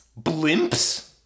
Blimps